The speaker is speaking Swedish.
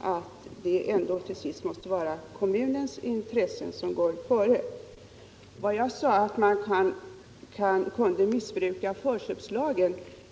att det ändå till sist måste vara kommunens intresse som går före. Jag sade att förköpslagen kan missbrukas.